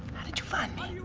did you find me?